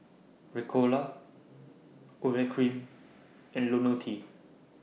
Ricola Urea Cream and Lonil T